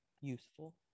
useful